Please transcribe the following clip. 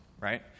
Right